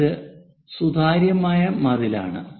എന്നാൽ ഇത് സുതാര്യമായ മതിലാണ്